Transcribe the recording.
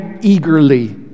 eagerly